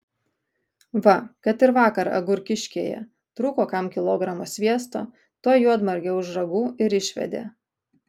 va kad ir vakar agurkiškėje trūko kam kilogramo sviesto tuoj juodmargę už ragų ir išvedė